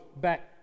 back